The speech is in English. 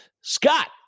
Scott